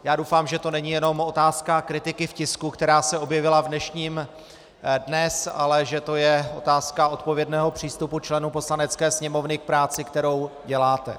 Já doufám, že to není jen otázka kritiky v tisku, která se objevila dnes, ale že to je otázka odpovědného přístupu členů Poslanecké sněmovny k práci, kterou děláte.